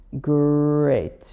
great